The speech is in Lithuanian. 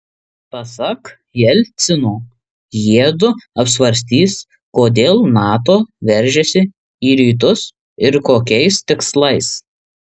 pasak jelcino jiedu apsvarstys kodėl nato veržiasi į rytus ir kokiais tikslais